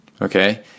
okay